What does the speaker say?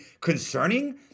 concerning